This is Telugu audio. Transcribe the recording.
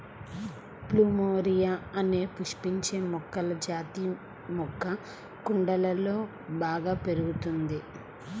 ప్లూమెరియా అనే పుష్పించే మొక్కల జాతి మొక్క కుండలలో బాగా పెరుగుతుంది